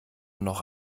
noch